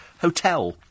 hotel